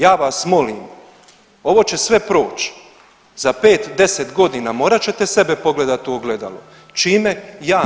Ja vas molim ovo će sve proći, za 5, 10 godina morat ćete sebe pogledati u ogledalo [[Upadica: Vrijeme.]] Čime jamčite?